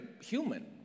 human